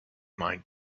might